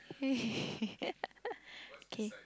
okay